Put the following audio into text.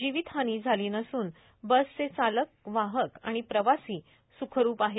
जिवीत हानी झाली नसून बसचे चालक वाहक आणि प्रवासी स्खरूप आहेत